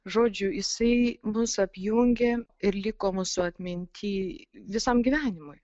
žodžiu jisai mus apjungė ir liko mūsų atminty visam gyvenimui